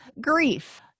grief